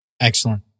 excellent